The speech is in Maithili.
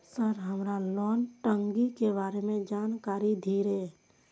सर हमरा लोन टंगी के बारे में जान कारी धीरे?